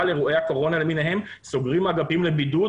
אירועי הקורונה למיניהם סוגרים אגפים לבידוד,